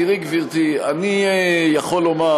תראי, גברתי, אני יכול לומר